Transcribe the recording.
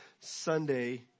Sunday